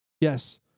Yes